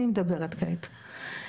אני מדברת כעת.